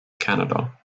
canada